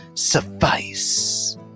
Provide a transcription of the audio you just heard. suffice